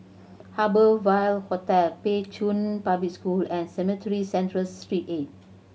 Harbour Ville Hotel Pei Chun Public School and Cemetry Central Street Eight